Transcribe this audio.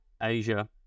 asia